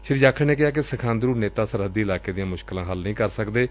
ਸ਼ੀ ਜਾਖੜ ਨੇ ਕਿਹਾ ਕਿ ਸਿਖਾਂਦਰੂ ਨੇਤਾ ਸਰਹੱਦੀ ਇਲਾਕੇ ਦੀਆਂ ਮੁਸ਼ਕਿਲਾਂ ਹੱਲ ਨਹੀ ਕਰ ਸਕਦੈ